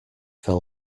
fell